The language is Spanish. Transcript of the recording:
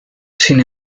sin